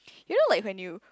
you know like when you